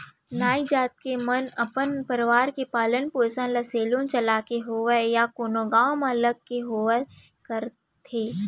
नाई जात के मन अपन परवार के पालन पोसन ल सेलून चलाके होवय या कोनो गाँव म लग के होवय करथे